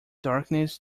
darkness